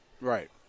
Right